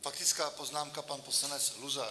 Faktická poznámka, pan poslanec Luzar.